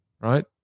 right